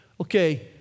okay